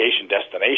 destination